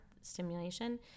stimulation